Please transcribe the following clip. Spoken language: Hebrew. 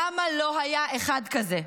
למה לא היה אחד כזה?